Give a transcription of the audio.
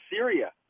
Syria